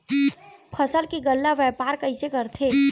फसल के गल्ला व्यापार कइसे करथे?